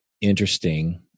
interesting